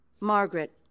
Margaret